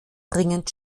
dringend